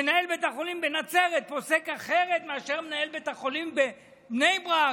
מנהל בית החולים בנצרת פוסק אחרת מאשר מנהל בית החולים בבני ברק.